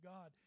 God